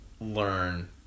learn